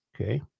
Okay